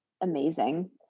amazing